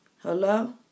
hello